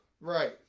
Right